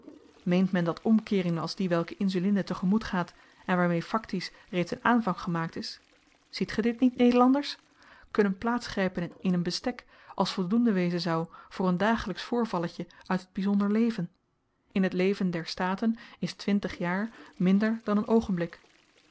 meent men dat omkeeringen als die welke insulinde te-gemoet gaat en waarmee faktisch reeds n aanvang gemaakt is ziet ge dit niet nederlanders kunnen plaats grypen in n bestek als voldoende wezen zou voor n dagelyksch voorvalletjen uit het byzonder leven in t leven der staten is twintig jaar minder dan n oogenblik